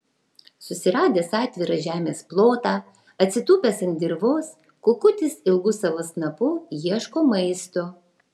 susiradęs atvirą žemės plotą atsitūpęs ant dirvos kukutis ilgu savo snapu ieško maisto